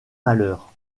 malheur